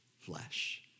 flesh